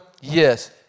Yes